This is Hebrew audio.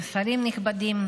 שרים נכבדים,